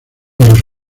los